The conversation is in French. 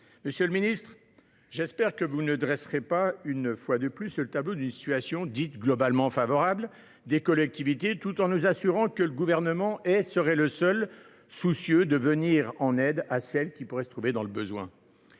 Monsieur le ministre, j’espère également que vous ne nous dresserez pas une fois de plus le tableau d’une situation dite « globalement favorable » des collectivités tout en nous assurant que le Gouvernement serait le seul soucieux de venir en aide à celles qui pourraient se trouver dans le besoin.